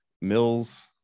mills